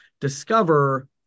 Discover